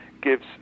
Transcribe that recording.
gives